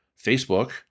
Facebook